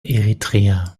eritrea